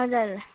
हजुर